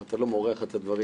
אתה לא מורח את הדברים.